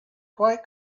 quite